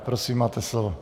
Prosím, máte slovo.